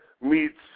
meets